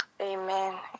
Amen